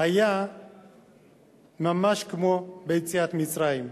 היו ממש כמו ביציאת מצרים.